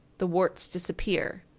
the warts disappear.